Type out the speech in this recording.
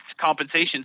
compensation